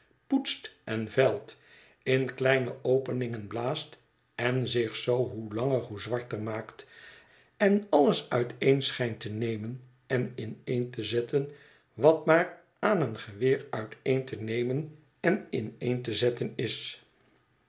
poetst en vijlt in kleine openingen blaast en zich zoo hoe langer hoe zwarter maakt en alles uiteen schijnt te nemen en ineen te zetten wat maar aan een geweer uiteen te nemen en ineen te zetten is